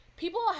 People